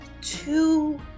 two